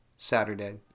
saturday